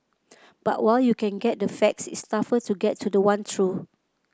but while you can get the facts it's tougher to get to the one truth